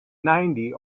ninety